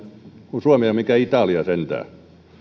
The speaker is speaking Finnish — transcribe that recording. kun suomi ei ole mikään italia sentään